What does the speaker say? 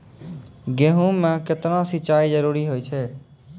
गेहूँ म केतना सिंचाई जरूरी होय छै?